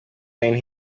wayne